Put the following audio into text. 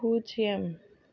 பூஜ்ஜியம்